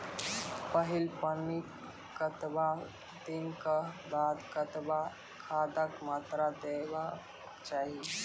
पहिल पानिक कतबा दिनऽक बाद कतबा खादक मात्रा देबाक चाही?